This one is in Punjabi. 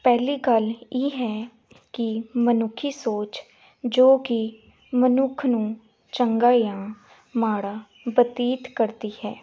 ਪਹਿਲੀ ਗੱਲ ਇਹ ਹੈ ਕਿ ਮਨੁੱਖੀ ਸੋਚ ਜੋ ਕਿ ਮਨੁੱਖ ਨੂੰ ਚੰਗਾ ਜਾਂ ਮਾੜਾ ਬਤੀਤ ਕਰਦੀ ਹੈ